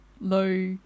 low